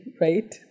right